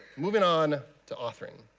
moving on to authoring,